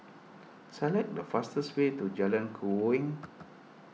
select the fastest way to Jalan Keruing